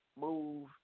move